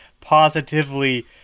positively